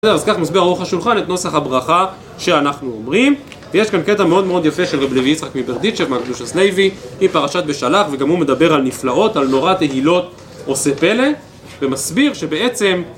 בסדר, אז ככה מסביר הערוך השולחן את נוסח הברכה שאנחנו אומרים. ויש כאן קטע מאוד מאוד יפה של ר' לוי יצחק מברדייצ'ב מהקדושת לוי, מפרשת בשלח, וגם הוא מדבר על "נפלאות", על "נורא תהילות עושה פלא", ומסביר שבעצם...